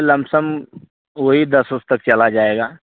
lump sum ओही दस ओस तक चला जाएगा